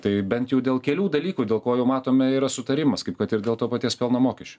tai bent jau dėl kelių dalykų dėl ko jau matome yra sutarimas kaip kad ir dėl to paties pelno mokesčio